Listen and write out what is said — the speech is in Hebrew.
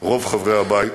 רוב חברי הבית,